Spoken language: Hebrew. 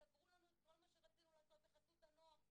וסגרו לנו את כל מה שרצינו לעשות בחסות הנוער.